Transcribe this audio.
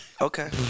Okay